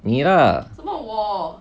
你啦